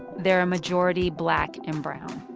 they're, a majority, black and brown